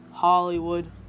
Hollywood